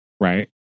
right